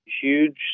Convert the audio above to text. huge